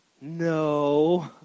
no